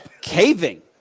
caving